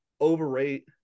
overrate